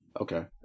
okay